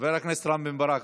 חבר הכנסת רם בן ברק?